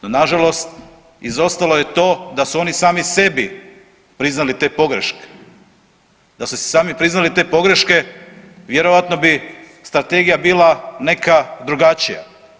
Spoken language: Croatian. No nažalost izostalo je to da su oni sami sebi priznali te pogreške, da su si sami priznali te pogreške vjerojatno bi strategija bila neka drugačija.